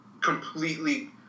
completely